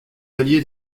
alliés